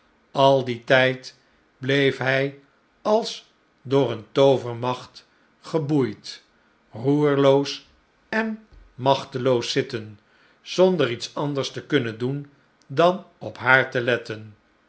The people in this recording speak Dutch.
al dien tijd bleef hij als door een toovermacht geboeid roerloos en machteloos zitten zonder iets anders te kunnen doen dan op haar te letten